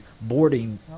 boarding